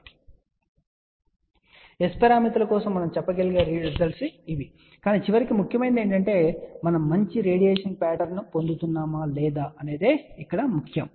S పారామితుల కోసం మనం చెప్పగలిగే రిజల్ట్స్ ఇవి అని చూడండి కాని చివరికి ముఖ్యమైనది ఏమిటంటే మనం మంచి రేడియేషన్ పాటర్న్ ను పొందుతున్నామా లేదా అనేది ఇక్కడ ముఖ్యమైనది